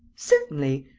certainly!